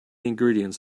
ingredients